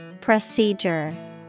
Procedure